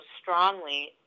strongly